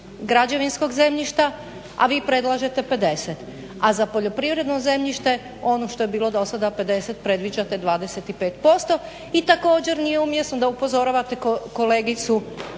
građevinskog zemljišta, a vi predlažete 50. A za poljoprivredno zemljište ono što je bilo do sada 50 predviđate 25%. I također nije umjesno da upozoravate kolegicu